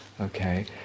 okay